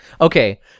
Okay